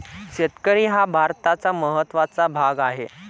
शेतकरी हा भारताचा महत्त्वाचा भाग आहे